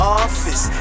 office